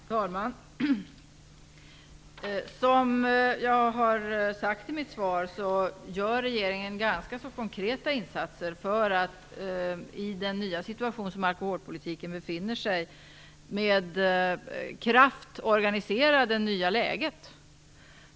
Herr talman! Som jag har sagt i mitt svar gör regeringen ganska konkreta och kraftfulla insatser i den nya alkholpolitiska situationen.